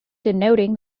denoting